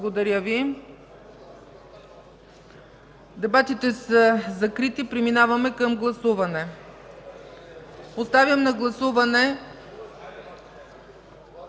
е прието. Дебатите са закрити, преминаваме към гласуване. Поставям на гласуване